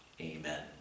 Amen